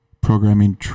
Programming